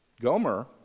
Gomer